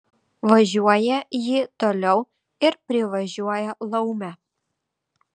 važiuoja ji toliau ir privažiuoja laumę